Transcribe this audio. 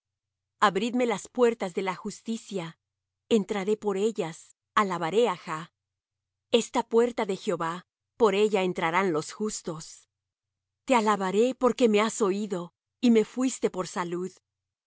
abridme las puertas de la justicia entraré por ellas alabaré á jah esta puerta de jehová por ella entrarán los justos te alabaré porque me has oído y me fuiste por salud